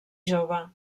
jove